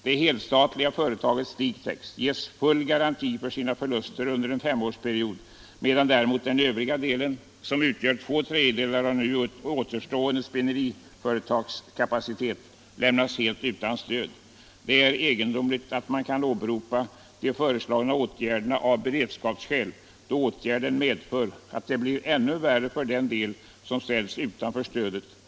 Det helstatliga företaget Stigtex ges full garanti för sina förluster under en femårsperiod medan däremot den övriga delen, som utgör två tredjedelar av nu återstående spinneriföretagskapacitet, lämnas helt utan stöd. Det är egendomligt att man kan åberopa de föreslagna åtgärderna av beredskapsskäl, då åtgärden medför att det blir ännu värre för den del som ställs utanför stödet.